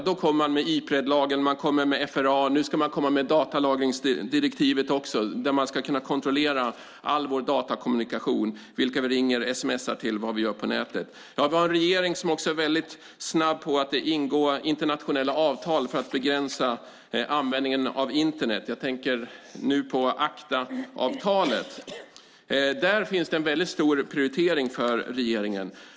Då kommer man med Ipredlagen och FRA. Nu ska man komma med datalagringsdirektivet också; man ska kunna kontrollera all vår datakommunikation: vilka vi ringer och sms:ar till och vad vi gör på nätet. Vi har en regering som också är väldigt snabb att ingå internationella avtal för att begränsa användningen av Internet. Jag tänker nu på ACTA-avtalet. Det är en viktig prioritering för regeringen.